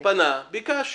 הוא פנה, ביקש.